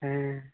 ᱦᱮᱸ